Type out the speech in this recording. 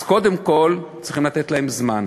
אז קודם כול צריכים לתת להם זמן,